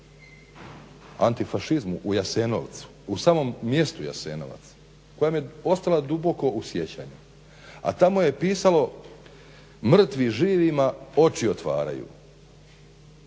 antifašizmu u Jasenovcu, u samom mjestu Jasenovac koja mi je ostala duboko u sjećanju, a tamo je pisalo mrtvi živima oči otvaraju.